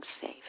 safe